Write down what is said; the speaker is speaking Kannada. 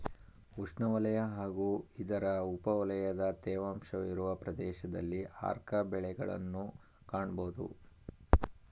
ಉಷ್ಣವಲಯ ಹಾಗೂ ಇದರ ಉಪವಲಯದ ತೇವಾಂಶವಿರುವ ಪ್ರದೇಶದಲ್ಲಿ ಆರ್ಕ ಬೆಳೆಗಳನ್ನ್ ಕಾಣ್ಬೋದು